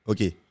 Okay